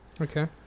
Okay